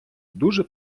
дуже